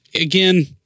again